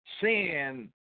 Sin